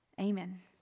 Amen